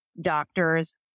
doctors